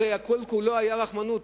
הרי הכול הכול היה רחמנות.